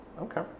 Okay